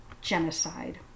genocide